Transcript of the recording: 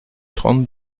trente